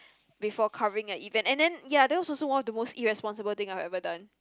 before covering an event and then ya that was also one of the most irresponsible thing I've ever done